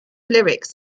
lyrics